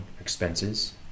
expenses